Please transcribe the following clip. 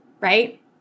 right